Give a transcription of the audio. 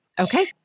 Okay